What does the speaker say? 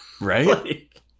Right